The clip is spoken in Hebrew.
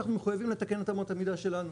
אנחנו מחויבים לתקן את אמות המידה שלנו.